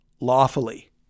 lawfully